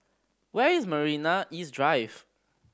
where is Marina East Drive